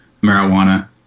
marijuana